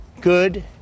good